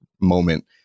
moment